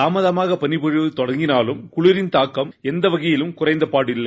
தாமதமாக பனிப்பொழிவு தொடங்கினாலும் குளிரின் தாக்கம் எந்தவகையிலும் குறைந்தபாடில்லை